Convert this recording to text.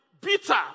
bitter